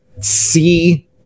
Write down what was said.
see